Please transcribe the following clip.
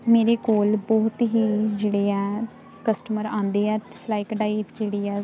ਮੇਰੇ ਕੋਲ ਬਹੁਤ ਹੀ ਜਿਹੜੇ ਆ ਕਸਟਮਰ ਆਉਂਦੇ ਆ ਸਿਲਾਈ ਕਢਾਈ ਜਿਹੜੀ ਆ